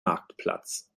marktplatz